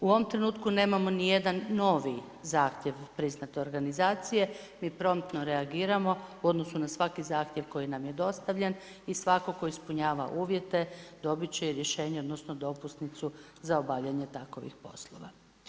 U ovom trenutku nemamo ni jedan novi zahtjev priznate organizacije, mi promptno reagiramo u odnosu na svaki zahtjev koji nam je dostavljen i svatko tko ispunjava uvjete, dobiti će rješenje, odnosno, dopusnicu za obavljanje takovih poslova.